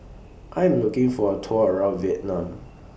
I Am looking For A Tour around Vietnam